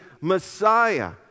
Messiah